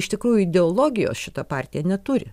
iš tikrųjų ideologijos šita partija neturi